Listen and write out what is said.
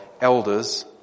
elders